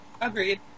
Agreed